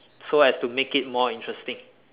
so as to make it more interesting